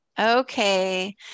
Okay